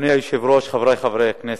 אדוני היושב-ראש, חברי חברי הכנסת,